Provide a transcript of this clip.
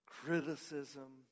criticism